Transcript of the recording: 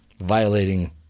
Violating